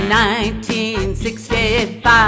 1965